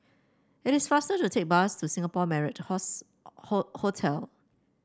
it is faster to take bus to Singapore Marriott Hotel